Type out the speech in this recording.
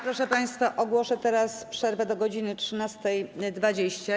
Proszę państwa, ogłoszę teraz przerwę do godz. 13.20.